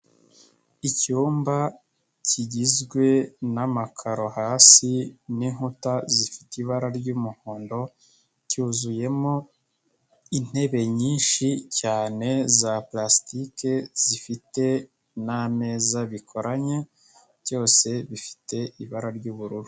Icyumba kigizwe n'amakaro hasi n'inkuta zifite ibara ry'umuhondo, cyuzuyemo intebe nyinshi cyane za purasitike zifite n'ameza bikoranye, byose bifite ibara ry'ubururu.